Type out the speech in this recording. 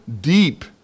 deep